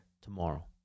tomorrow